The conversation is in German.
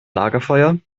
lagerfeuer